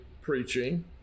preaching